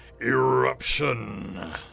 Eruption